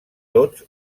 tots